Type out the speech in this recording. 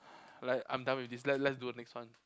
like I'm done with this let's let's do the next one